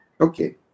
Okay